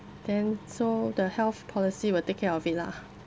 then so the health policy will take care of it lah